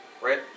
right